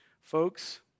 Folks